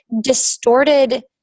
distorted